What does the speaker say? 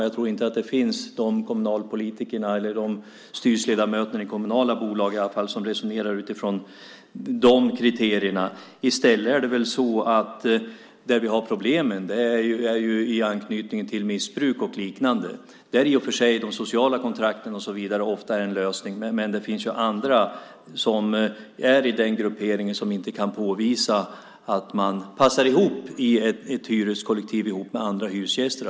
Jag tror inte att det finns de kommunalpolitiker eller de styrelseledamöter i kommunala bolag i alla fall som resonerar utifrån de kriterierna. Problemen har vi väl i stället i anknytning till missbruk och liknande. Där är i och för sig de sociala kontrakten och så vidare ofta en lösning. Men det finns ju andra i den grupperingen som inte kan påvisa att de passar i ett hyreskollektiv ihop med andra hyresgäster.